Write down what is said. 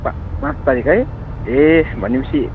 पा पाँच तारिख है ए भनेपछि